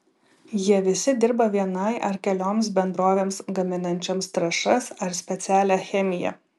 jie visi dirba vienai ar kelioms bendrovėms gaminančioms trąšas ar specialią chemiją